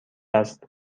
است